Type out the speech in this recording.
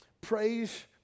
Praise